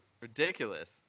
Ridiculous